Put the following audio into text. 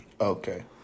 Okay